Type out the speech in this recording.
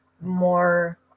more